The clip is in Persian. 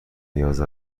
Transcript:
نیاز